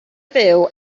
fyw